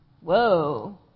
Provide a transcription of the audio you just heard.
Whoa